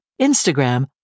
Instagram